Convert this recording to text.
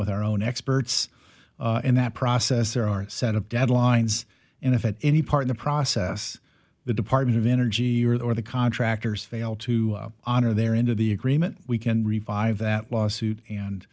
with our own experts in that process there are set up deadlines and if at any part of the process the department of energy or the contractors fail to honor their end of the agreement we can revive that lawsuit and